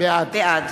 בעד